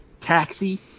Taxi